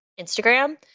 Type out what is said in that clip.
Instagram